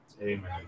Amen